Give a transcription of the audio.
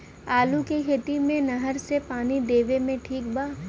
आलू के खेती मे नहर से पानी देवे मे ठीक बा?